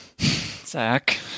Zach